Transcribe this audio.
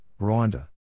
Rwanda